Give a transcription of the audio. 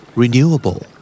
renewable